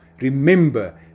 Remember